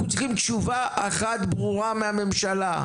אנחנו צריכים תשובה אחת ברורה מהממשלה: